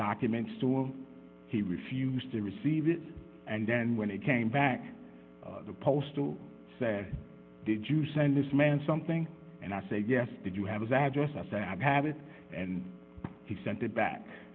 document store he refused to receive it and then when it came back the postal said did you send this man something and i say yes did you have his address i said i have it and he sent it back